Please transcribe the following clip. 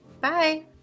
Bye